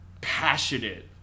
passionate